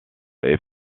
est